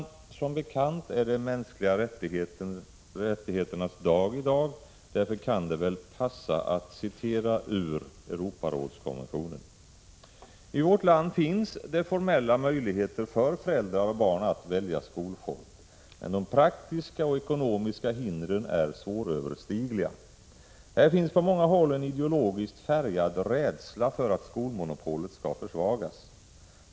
Som bekant är det de mänskliga rättigheternas dag i dag. Därför kan det väl passa att citera ur Europarådskonventionen. I vårt land finns det formella möjligheter för föräldrar och barn att välja skolform, men de praktiska och ekonomiska hindren är svåröverstigliga. Här finns på många håll en ideologiskt färgad rädsla för att skolmonopolet skall försvagas.